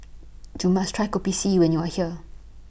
YOU must Try Kopi C when YOU Are here